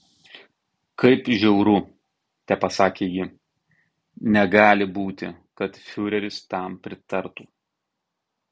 kaip žiauru tepasakė ji negali būti kad fiureris tam pritartų